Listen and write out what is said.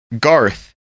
garth